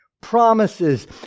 promises